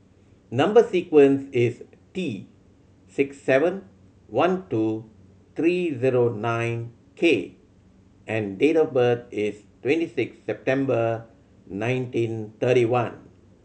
number sequence is T six seven one two three zero nine K and date of birth is twenty six September nineteen thirty one